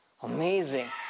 Amazing